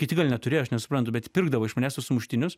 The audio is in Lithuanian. kiti gal neturėjo aš nesuprantu bet pirkdavo iš manęs tuos sumuštinius